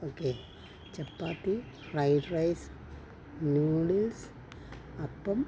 okay chapati fried rice noodles അപ്പം